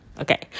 okay